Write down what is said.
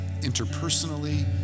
interpersonally